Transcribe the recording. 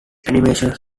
animations